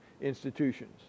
institutions